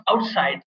outside